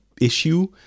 issue